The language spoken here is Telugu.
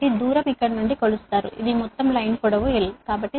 కాబట్టి దూరం ఇక్కడ నుండి కొలుస్తారు ఇది మొత్తం లైన్ పొడవు l